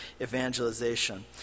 evangelization